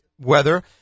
weather